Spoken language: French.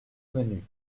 menu